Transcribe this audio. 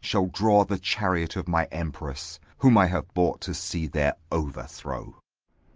shall draw the chariot of my emperess, whom i have brought to see their overthrow